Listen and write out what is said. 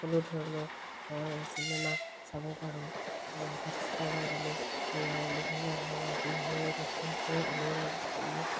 সকলো ধৰণৰ চিনেমা চাব পাৰোঁ হট ষ্টাৰত আমি বিভিন্ন ধৰণৰ টিভি নোচোৱাকৈ আমি